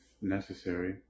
necessary